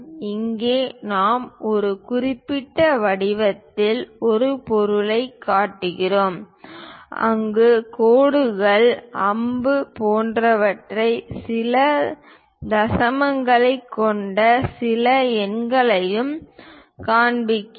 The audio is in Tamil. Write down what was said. இங்கே நாம் ஒரு குறிப்பிட்ட வடிவத்தின் ஒரு பொருளைக் காட்டுகிறோம் அங்கு கோடுகள் மற்றும் அம்பு போன்றவற்றையும் சில தசமங்களைக் கொண்ட சில எண்களையும் காண்பிக்கிறோம்